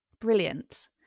Brilliant